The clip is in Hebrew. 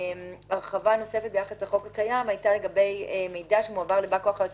הרחבה נוספת ביחס לחוק הקיים הייתה לגבי מידע שמועבר לבא כוח היועץ